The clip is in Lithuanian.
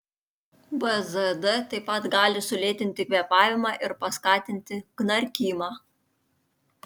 bzd taip pat gali sulėtinti kvėpavimą ir paskatinti knarkimą